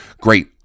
great